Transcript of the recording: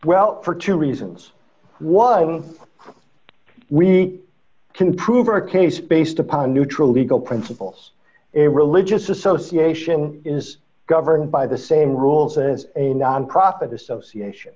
well for two reasons one we can prove our case based upon a neutral legal principles a religious association is governed by the same rules as a nonprofit association